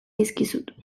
dizkizut